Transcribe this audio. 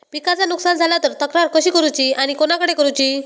पिकाचा नुकसान झाला तर तक्रार कशी करूची आणि कोणाकडे करुची?